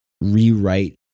rewrite